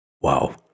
Wow